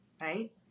right